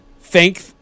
thank